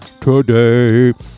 today